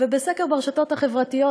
ובסקר ברשתות החברתיות,